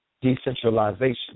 decentralization